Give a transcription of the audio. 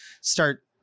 start